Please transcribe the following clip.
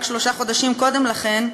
רק שלושה חודשים קודם לכן,